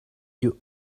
you